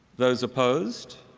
those opposed?